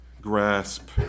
grasp